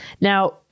Now